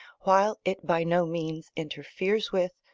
while it by no means interferes with,